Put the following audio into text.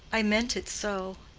i meant it so.